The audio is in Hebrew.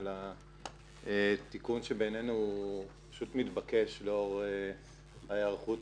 על התיקון שבעינינו מתבקש לאור ההיערכות